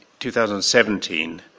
2017